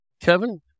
Kevin